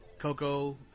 Coco